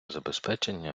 забезпечення